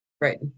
right